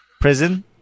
Prison